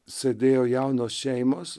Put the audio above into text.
sėdėjo jaunos šeimos